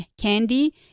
candy